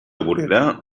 vorera